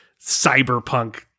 cyberpunk